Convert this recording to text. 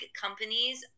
companies